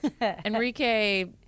Enrique